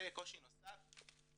קושי נוסף,